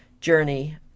journey